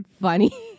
funny